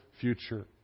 future